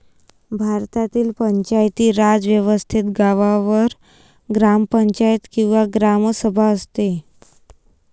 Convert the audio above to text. भारतातील पंचायती राज व्यवस्थेत गावावर ग्रामपंचायत किंवा ग्रामसभा असते